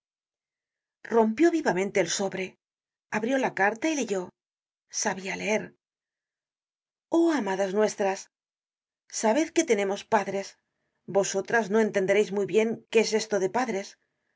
rompió vivamente el sobre abrió la carta y leyó sabia leer oh amadas nuestras sabed que tenemos padres vosotras no entendereis muy bien qué es esto de padres